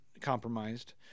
compromised